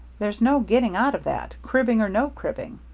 there's no getting out of that, cribbing or no cribbing.